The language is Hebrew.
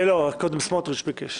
לא, קודם סמוטריץ' ביקש.